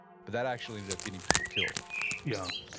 but that actually ended up getting people killed yeah.